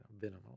Venom